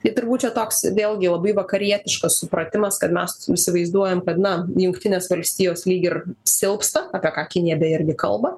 tai turbūt čia toks vėlgi labai vakarietiškas supratimas kad mes įsivaizduojam kad na jungtinės valstijos lyg ir silpsta apie ką kinija beje irgi kalba